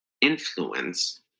influence